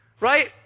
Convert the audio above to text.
right